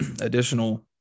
additional